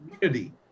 community